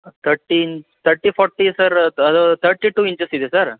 thirteen thirty forty sir ಅದು ಅದು thirty two ಇಂಚಸ್ಸಿದೆ ಸರ್